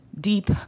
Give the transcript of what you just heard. deep